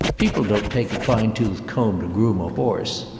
people don't take a fine-tooth comb to groom a horse.